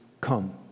come